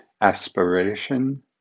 aspiration